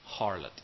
harlot